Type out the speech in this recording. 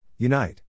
Unite